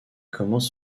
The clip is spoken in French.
commence